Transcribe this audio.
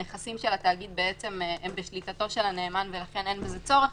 הנכסים של התאגיד הם בשליטתו של הנאמן ולכן אין בזה צורך.